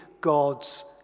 God's